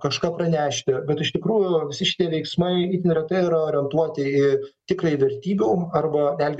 kažką pranešti bet iš tikrųjų visi šitie veiksmai itin retai yra orientuoti į tikrąjį vertybių arba netgi